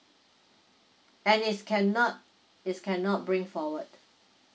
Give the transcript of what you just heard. and it's cannot it's cannot bring forward